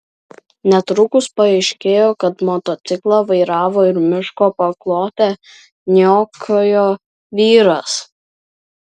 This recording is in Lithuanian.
netrukus paaiškėjo kad motociklą vairavo ir miško paklotę niokojo vyras